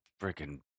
freaking